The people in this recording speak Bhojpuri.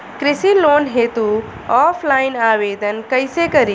कृषि लोन हेतू ऑफलाइन आवेदन कइसे करि?